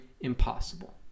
impossible